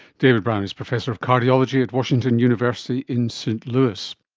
david brown is professor of cardiology at washington university in st louis